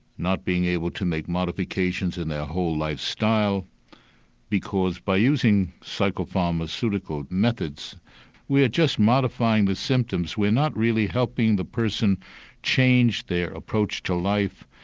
not being able to make modifications in their whole life style because by using psycho-pharmaceutical methods we are just modifying the symptoms, we're not really helping the person person change their approach to life,